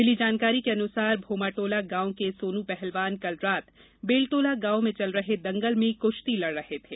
मिली जानकारी के अनुसार भोमाटोला गांव के सोनू पहलवान कल रात बेलटोला गांव में चल रहे दंगल में कृश्ती लड़ रहे थे